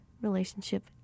relationship